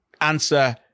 Answer